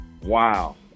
Wow